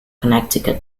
connecticut